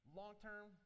long-term